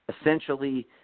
essentially